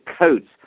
coats